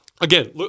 Again